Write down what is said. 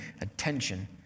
attention